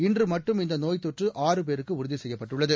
இன்று மட்டும் இந்த நோய் தொற்று ஆறு பேருக்கு உறுதி செய்யப்பட்டுள்ளது